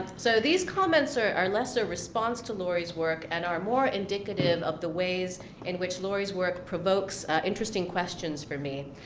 so these comments are are less a response to lori's work, and are more indicative of the ways in which lori's work provokes interesting questions for me.